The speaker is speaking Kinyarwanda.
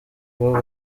kuba